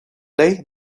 day